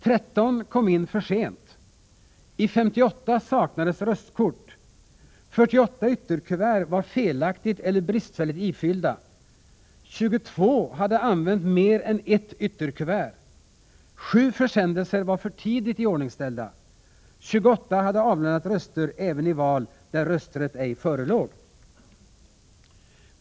13 kom in för sent. I 58 saknades röstkort. 48 ytterkuvert var felaktigt eller bristfälligt ifyllda. 22 hade använt mer än ett ytterkuvert. 7 försändelser var för tidigt iordningsställda. 28 hade avlämnat röster även i val där rösträtt ej förelåg.